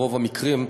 ברוב המקרים,